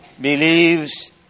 believes